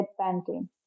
panting